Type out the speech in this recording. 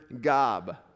gob